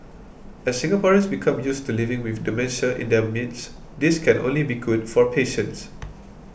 as Singaporeans become used to living with dementia in their midst this can only be good for patients